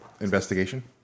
Investigation